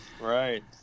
right